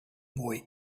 boy